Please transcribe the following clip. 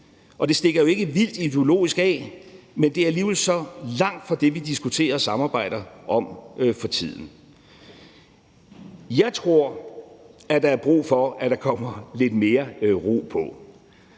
Og det stikker jo ikke vildt ideologisk af, men det er alligevel så langt fra det, vi diskuterer og samarbejder om for tiden. Jeg tror, at der er brug for, at der kommer lidt mere ro på.